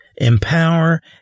empower